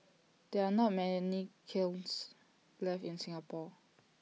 there are not many kilns left in Singapore